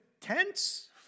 tents